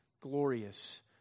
glorious